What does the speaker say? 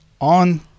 on